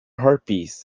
herpes